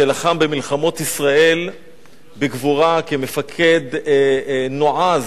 שלחם במלחמות ישראל בגבורה כמפקד נועז.